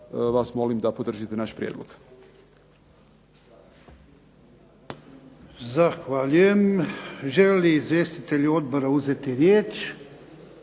vas molim da podržite naš prijedlog.